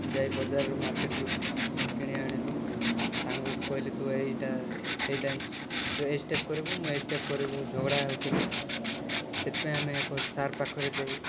ଯାଇ ବଜାରରୁ ମାର୍କେଟରୁ କିଣି ଆଣିଲୁ ସାଙ୍ଗକୁ କହିଲି ତୁ ଏଇଟା ଏଇ ଡ୍ୟାନ୍ସ ତୁ ଏଇ ସ୍ଟେପ୍ କରିବୁ ମୁଁ ଏଇ ସ୍ଟେପ୍ କରି ଝଗଡ଼ା ହେଉଥିଲୁ ସେଥିପାଇଁ ଆମେ ଏକ ସାର୍ ପାଖରେ ଯାଇ